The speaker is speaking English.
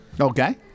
Okay